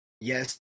Yes